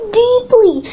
deeply